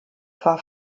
war